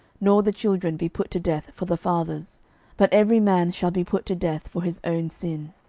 nor the children be put to death for the fathers but every man shall be put to death for his own sin.